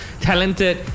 talented